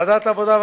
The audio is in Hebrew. ועדת העבודה,